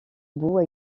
bout